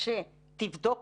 שתבדוק